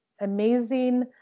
amazing